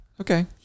Okay